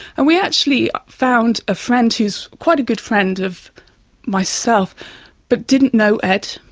and we actually found a friend who is quite a good friend of myself but didn't know ed,